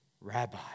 Rabbi